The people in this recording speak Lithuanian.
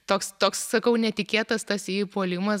toks toks sakau netikėtas tas įpuolimas